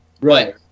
Right